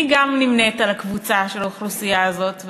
גם אני נמנית עם הקבוצה של האוכלוסייה הזאת,